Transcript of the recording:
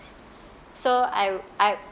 so I've I